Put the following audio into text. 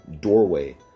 doorway